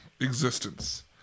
existence